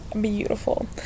beautiful